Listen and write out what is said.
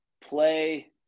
play